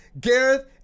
Gareth